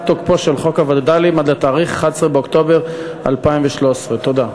תוקפו של חוק הווד"לים עד ליום 11 באוקטובר 2013. תודה.